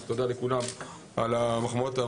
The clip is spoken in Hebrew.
אז תודה לכולם על המחמאות.